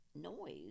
noise